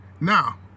Now